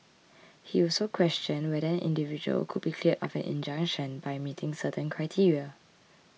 he also questioned whether an individual could be cleared of an injunction by meeting certain criteria